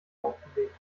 aufgelegt